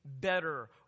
better